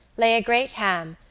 lay a great ham,